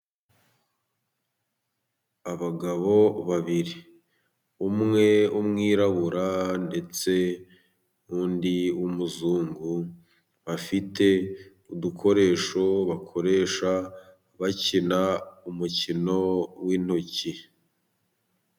Abagabo babiri, umwe w'umwirabura ndetse undi w'umuzungu, bafite udukoresho bakoresha bakina umukino w'intoki.